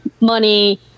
money